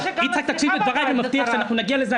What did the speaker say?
תקשיב לדבריי, אני מבטיח שנגיע לזה.